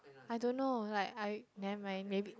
I don't know like I never mind maybe